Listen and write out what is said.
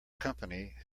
company